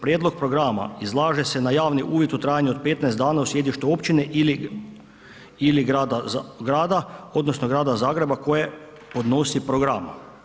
Prijedlog programa izlaže se na javni uvid u trajanju od 15 dana u sjedištu općine ili grada odnosno grada Zagreba koje podnosi program.